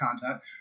content